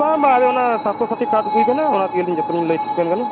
ᱵᱟᱝ ᱵᱟᱝ ᱚᱱᱟ ᱥᱟᱥᱛᱷᱚ ᱥᱟᱛᱷᱤ ᱠᱟᱨᱰ ᱟᱹᱜᱩᱭᱵᱮᱱ ᱦᱟᱸᱜ ᱚᱱᱟ ᱛᱮᱜᱮ ᱡᱚᱛᱚᱞᱤᱧ ᱞᱟᱹᱭ ᱴᱷᱤᱠ ᱟᱵᱮᱱ ᱠᱟᱱᱟ